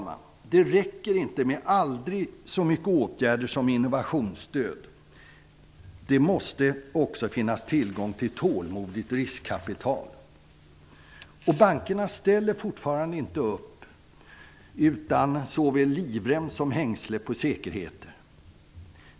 Men det räcker inte med aldrig så mycket åtgärder när det gäller innovationsstöd. Det måste också finnas tillgång till tålmodigt riskkapital. Bankerna ställer fortfarande inte upp utan såväl livrem som hängslen på säkerheter.